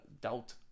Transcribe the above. doubt